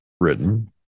written